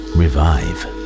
revive